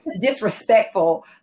Disrespectful